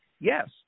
yes